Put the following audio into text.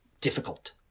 difficult